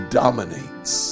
dominates